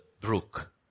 brook